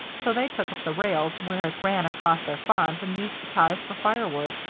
so they took up the rails where it ran across their farms, and used the ties for firewood.